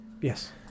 Yes